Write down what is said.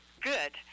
good